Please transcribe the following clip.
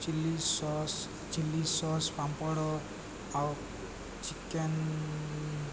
chilli sauce chilli sauce papad ଆଉ chicken